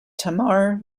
tamar